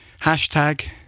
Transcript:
Hashtag